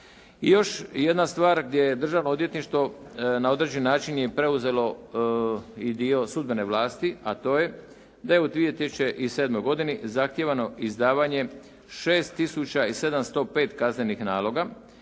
još jedna stvar gdje je Državno odvjetništvo na određen način je preuzelo i dio sudbene vlasti, a to je da je u 2007. godini zahtijevano izdavanje 6 tisuća i 705 kaznenih naloga